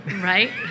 Right